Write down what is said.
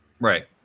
Right